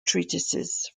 treatises